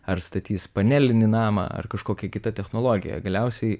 ar statys panelinį namą ar kažkokia kita technologija galiausiai